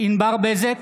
ענבר בזק,